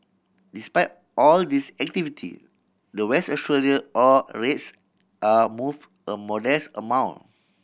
despite all this activity the West Australia ore rates are move a modest amount